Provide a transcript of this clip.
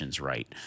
right